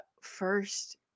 first